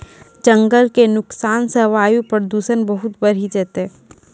जंगल के नुकसान सॅ वायु प्रदूषण बहुत बढ़ी जैतै